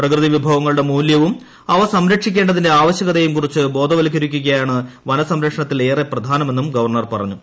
പ്രകൃതിവിഭവങ്ങളുടെ മൂല്യവും അവ സംരക്ഷിക്കേണ്ടതിന്റെ ആവശ്യകതയെയും കുറിച്ച് ബോധവത്കരിക്കുകയാണ് വനസംരക്ഷണത്തിൽ ഏറെ പ്രധാനമെന്നും ഗവർണർ പറഞ്ഞു